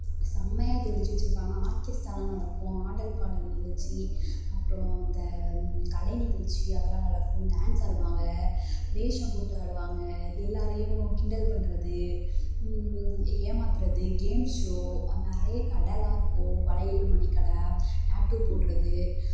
செமையாக ஜோடித்து வச்சுருப்பாங்க ஆர்கெஸ்ட்ராலாம் நடக்கும் அப்புறம் அந்த ஆடல் பாடல் நிகழ்ச்சி அப்புறம் இந்த கலை நிகழ்ச்சி அதெல்லாம் நடக்கும் டேன்ஸ் ஆடுவாங்க வேஷம் போட்டு ஆடுவாங்க எல்லாேரையும் கிண்டல் பண்ணுறது ஏமாற்றது கேம் ஷோ நிறைய கடையெலாம் இருக்கும் வளையல் மணி கடை டாட்டூ போடுவது